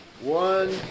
One